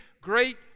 great